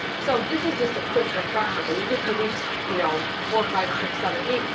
so this is just a quick refresher. when you get to weeks, you know, four, five, six, seven, eight,